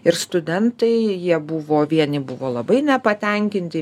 ir studentai jie buvo vieni buvo labai nepatenkinti